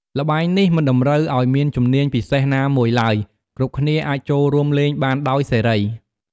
ល្បែងនេះមិនតម្រូវឱ្យមានជំនាញពិសេសណាមួយឡើយ គ្រប់គ្នាអាចចូលរួមលេងបានដោយសេរី។